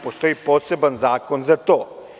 Postoji poseban zakon za to.